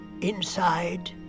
inside